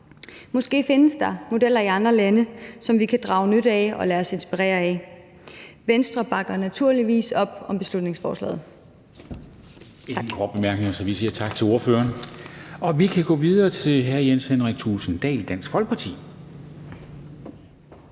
Måske findes der modeller i andre lande, som vi kan drage nytte af og lade os inspirere af. Venstre bakker naturligvis op om beslutningsforslaget.